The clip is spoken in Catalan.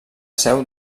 seu